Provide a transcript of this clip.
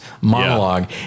monologue